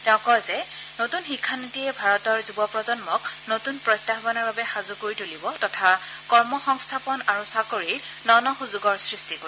তেওঁ কয় যে নতুন শিক্ষা নীতিয়ে ভাৰতৰ যুব প্ৰজন্মক নতুন প্ৰত্যায়ানৰ বাবে সাজু কৰি তুলিব তথা কৰ্ম সংস্থাপন আৰু চাকৰিৰ ন ন সুযোগৰ সৃষ্টি কৰিব